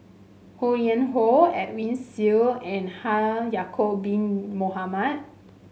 Ho Yuen Hoe Edwin Siew and Haji Ya'acob Bin Mohamed